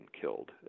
killed